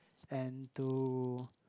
and to